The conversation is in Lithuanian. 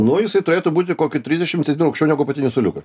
nu jisai turėtų būti kokių trisdešimt centi aukščiau negu apatinis suoliukas